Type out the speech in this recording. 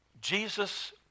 Jesus